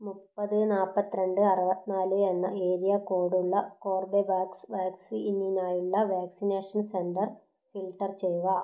മുപ്പത് നാൽപ്പത്തിരണ്ട് അറുപത്തിനാല് എന്ന ഏരിയ കോഡ് ഉള്ള കോർബൊവാക്സ് വാക്സിനിനായുള്ള വാക്സിനേഷൻ സെൻ്റർ ഫിൽട്ടർ ചെയ്യുക